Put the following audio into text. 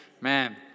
man